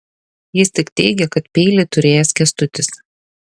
jis tik teigė kad peilį turėjęs kęstutis